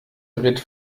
dreht